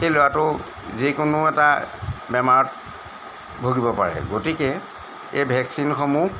সেই ল'ৰাটো যিকোনো এটা বেমাৰত ভুগিব পাৰে গতিকে এই ভেকচিনসমূহ